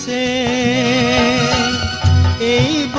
so a a